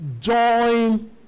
Join